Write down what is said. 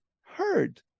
heard